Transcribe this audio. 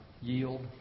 yield